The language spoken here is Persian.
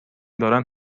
دارند